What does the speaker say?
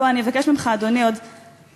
פה אני אבקש ממך, אדוני, עוד דקה,